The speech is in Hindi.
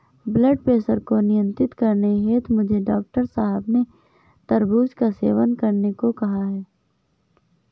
ब्लड प्रेशर को नियंत्रित करने हेतु मुझे डॉक्टर साहब ने तरबूज का सेवन करने को कहा है